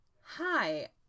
Hi